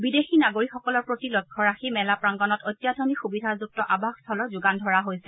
বিদেশী নাগৰিকসকলৰ প্ৰতি লক্ষ্য ৰাখি মেলা প্ৰাংগণত অত্যাধুনিক সুবিধাযুক্ত আবাসস্থলৰ যোগান ধৰা হৈছে